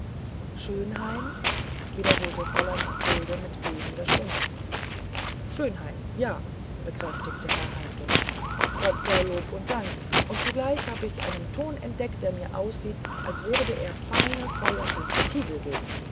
schönhain wiederholte fräulein mathilde mit bebender stimme schönhain ja bekräftigte herr heimken gott sei lob und dank und zugleich habe ich einen ton entdeckt der mir ganz aussieht als würd er feine feuerfeste tiegel geben